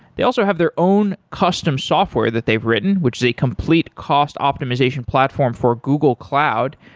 they also have their own custom software that they've written, which is a complete cost optimization platform for google cloud,